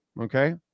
Okay